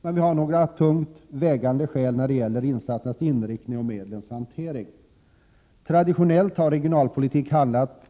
Men vi har några tungt vägande skäl för våra förslag när det gäller insatsernas inriktning och medlens hantering. Traditionellt har regionalpolitik handlat